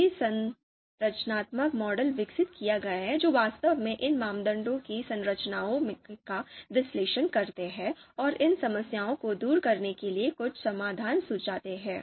कई संरचनात्मक मॉडल विकसित किए गए हैं जो वास्तव में इन मानदंडों की संरचनाओं का विश्लेषण करते हैं और इन समस्याओं को दूर करने के लिए कुछ समाधान सुझाते हैं